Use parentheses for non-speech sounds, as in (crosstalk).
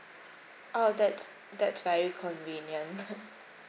oh that's that's very convenient (laughs)